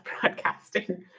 broadcasting